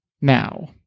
now